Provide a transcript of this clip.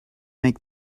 make